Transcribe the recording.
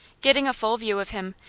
getting a full view of him,